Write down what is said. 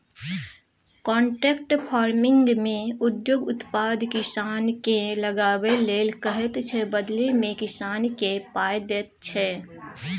contract फार्मिंगमे उद्योग उत्पाद किसानकेँ लगाबै लेल कहैत छै बदलीमे किसानकेँ पाइ दैत छै